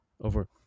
Over